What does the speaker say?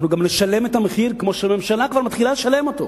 אנחנו גם נשלם את המחיר כמו שהממשלה כבר מתחילה לשלם אותו.